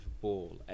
ball